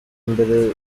mbere